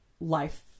life